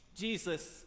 Jesus